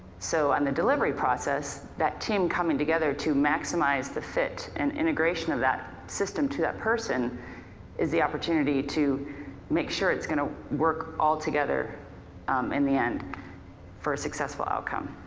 so on the delivery process that team coming together to maximize the fit and integration of that system to that person is the opportunity to make sure it's going to work all together um in the end for a successful outcome.